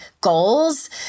goals